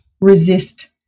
resist